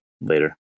later